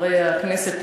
חברי חברי הכנסת,